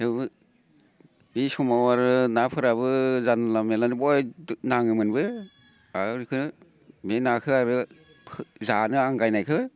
थेवबो बे समाव आरो नाफोराबो जानला मोनलानो नाङोमोनबो आरो बे नाखो आरो जानो आंगायनायखो